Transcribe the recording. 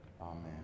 amen